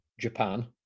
Japan